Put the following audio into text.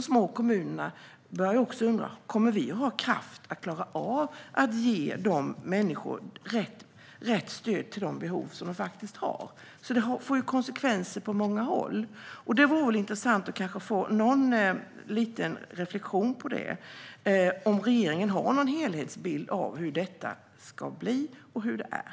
De små kommunerna börjar också undra: Kommer vi att ha kraft att klara av att ge människor rätt stöd till de behov de faktiskt har? Det får konsekvenser på många håll. Det vore intressant att kanske få någon liten reflektion på det och om regeringen har någon helhetsbild av hur det ska bli och hur det är.